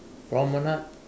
Promenade